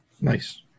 Nice